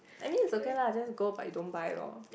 I mean it's okay lah just go but you don't buy loh